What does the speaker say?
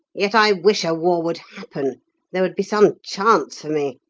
yet i wish a war would happen there would be some chance for me.